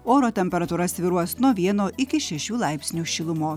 oro temperatūra svyruos nuo vieno iki šešių laipsnių šilumos